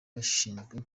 bashinzwe